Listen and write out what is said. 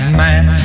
man